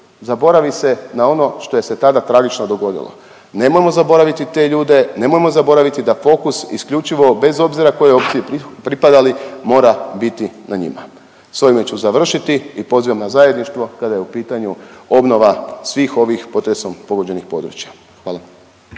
zaboravi se na ono što je se tada tragično dogodilo. Nemojmo zaboraviti te ljude, nemojmo zaboraviti da fokus isključivo, bez obzira kojoj opciji pripadali mora biti na njima. S ovime ću završiti i pozivam na zajedništvo kada je u pitanju obnova svih ovih potresom pogođenih područja. Hvala.